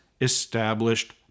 established